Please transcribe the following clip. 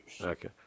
Okay